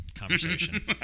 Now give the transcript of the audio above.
Conversation